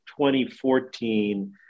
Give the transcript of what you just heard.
2014